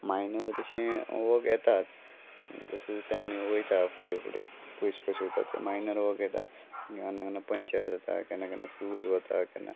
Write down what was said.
minor तशें work येताच जशें जशें आमी वयता फुडें फुडें पयस पयस वयता ते मायनर वर्क येता केन्ना केन्ना पंचर जाता केन्ना केन्ना फ्यूझ वता केन्ना